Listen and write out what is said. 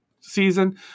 season